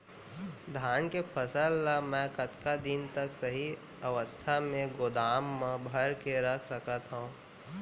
धान के फसल ला मै कतका दिन तक सही अवस्था में गोदाम मा भर के रख सकत हव?